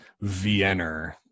Vienna